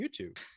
YouTube